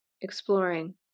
exploring